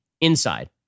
inside